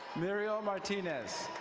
muriel martinez.